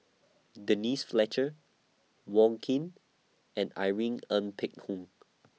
Denise Fletcher Wong Keen and Irene Ng Phek Hoong